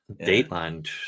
Dateline